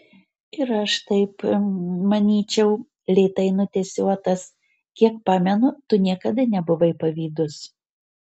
ir aš taip manyčiau lėtai nutęsė otas kiek pamenu tu niekada nebuvai pavydus